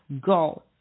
go